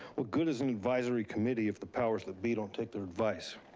what good is an advisory committee if the powers that be don't take their advice?